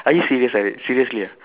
are you serious Harid seriously ah